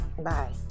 Bye